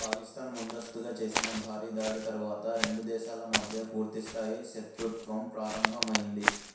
పాకిస్తాన్ ముందస్తుగా చేసిన భారీ దాడి తరువాత రెండు దేశాల మధ్య పూర్తి స్థాయి శత్రుత్వం ప్రారంభమైంది